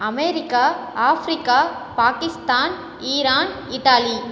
America Africa Pakistan Iran Italy